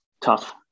tough